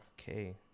Okay